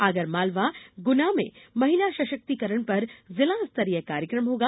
आगरमालवा गुना में महिला सशक्तिकरण पर जिला स्तरीय कार्यक्रम होगा